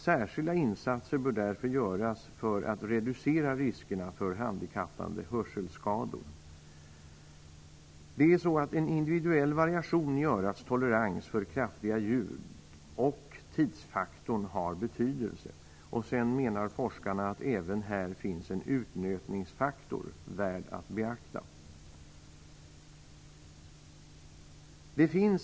Särskilda insatser bör därför göras för att reducera riskerna för handikappande hörselskador. En individuell variation i örats tolerans för kraftiga ljud, liksom tidsfaktorn, har betydelse. Forskarna menar att det även finns en utnötningsfaktor som är värd att beakta. Herr talman!